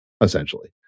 essentially